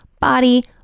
body